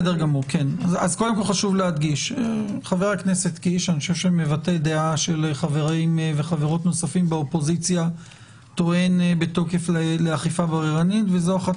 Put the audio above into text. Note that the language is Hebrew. חבר הכנסת קיש מבטא עמדה וטוען בתוקף לאכיפה בררנית- -- אני מבין,